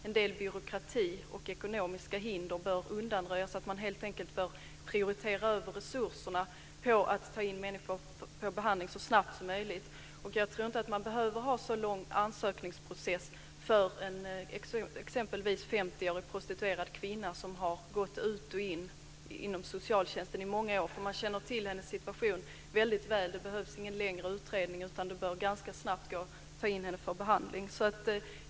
En del byråkrati och ekonomiska hinder bör undanröjas så att resurserna kan prioriteras på att ta in människor för behandling så snabbt som möjligt. Jag tror inte att det behövs en så lång ansökningsprocess för t.ex. en 50 årig prostituerad kvinna som har kommit och gått i socialtjänsten under många år. Hennes situation är väl känd, och det behövs ingen längre utredning. Det bör gå att snabbt ta in henne för behandling.